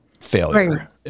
failure